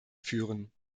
führen